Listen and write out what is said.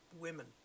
women